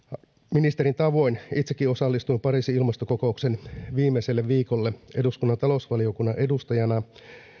ministerin tavoin itsekin osallistuin pariisin ilmastokokouksen viimeiselle viikolle eduskunnan talousvaliokunnan edustajana